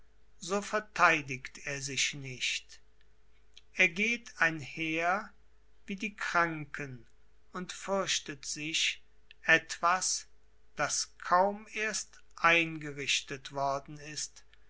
so vertheidigt er sich nicht er geht einher wie die kranken und fürchtet sich etwas das kaum erst eingerichtet worden ist